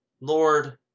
Lord